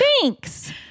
Thanks